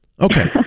Okay